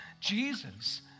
Jesus